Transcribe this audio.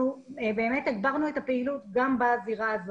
באמת הגברנו את הפעילות גם בזירה הזאת.